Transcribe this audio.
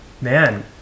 man